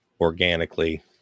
organically